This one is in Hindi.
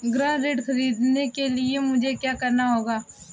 गृह ऋण ख़रीदने के लिए मुझे क्या करना होगा?